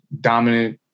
dominant